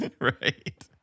Right